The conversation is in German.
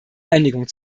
einigung